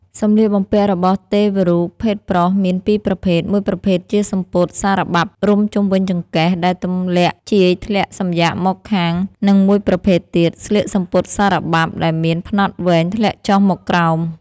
សម្លៀកបំពាក់របស់ទេវរូបភេទប្រុសមានពីរប្រភេទ មួយប្រភេទជាសំពត់សារបាប់រុំជុំវិញចង្កេះ ដែលទម្លាក់ជាយធ្លាក់សំយាកមកខាង និងមួយប្រភេទទៀតស្លៀកសំពត់សារបាប់ដែលមានផ្នត់វែងធ្លាក់ចុះមកក្រោម។